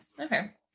Okay